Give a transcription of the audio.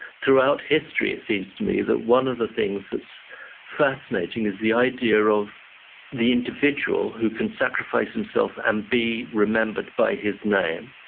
throughout history, it seems to me that one of the things that's fascinating is the idea of the individual who can sacrifice himself and be remembered by his name.